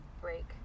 break